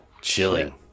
chilling